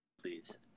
Please